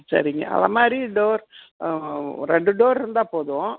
சரிங்க அலமாரி டோர் ஒரு ரெண்டு டோர் இருந்தால் போதும்